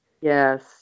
Yes